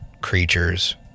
creatures